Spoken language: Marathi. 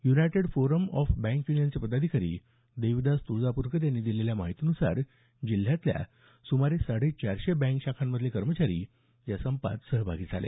युनायटेड फोरम ऑफ बँक युनियनचे पदाधिकारी देवीदास तुळजापूरकर यांनी दिलेल्या माहितीनुसार जिल्ह्यातल्या सुमारे साडेचारशे बँक शाखांमधले कर्मचारी या संपात सहभागी झाले